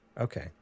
Okay